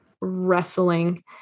wrestling